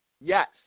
Yes